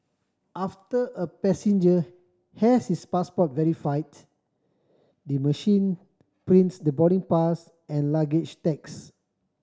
after a passenger has his passport verified the machine prints the boarding pass and luggage tags